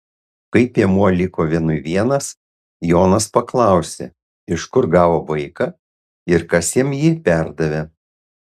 kai piemuo liko vienui vienas jonas paklausė iš kur gavo vaiką ir kas jam jį perdavė